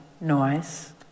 noise